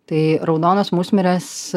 tai raudonas musmires